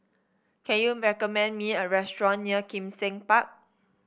can you recommend me a restaurant near Kim Seng Park